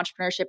entrepreneurship